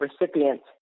recipients